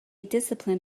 discipline